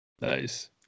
Nice